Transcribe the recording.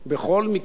בכל מקרה,